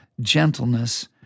gentleness